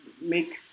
make